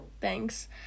Thanks